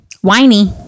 Whiny